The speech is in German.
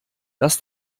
dass